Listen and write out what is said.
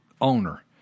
owner